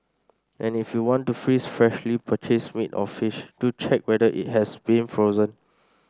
and if you want to freeze freshly purchased meat or fish do check whether it has been frozen